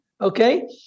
Okay